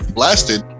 blasted